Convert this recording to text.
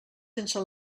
sense